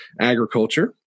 agriculture